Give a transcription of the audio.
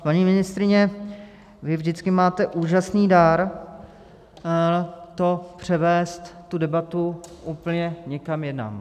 Paní ministryně, vy vždycky máte úžasný dar převést tu debatu úplně někam jinam.